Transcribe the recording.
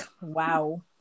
Wow